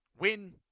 Win